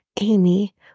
Amy